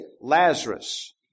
Lazarus